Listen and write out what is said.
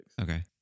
okay